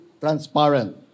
transparent